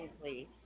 please